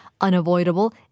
unavoidable